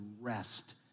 rest